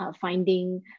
finding